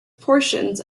portions